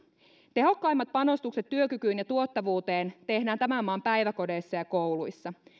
tehokkaimmat panostukset työkykyyn ja tuottavuuteen tehdään tämän maan päiväkodeissa ja kouluissa